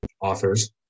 authors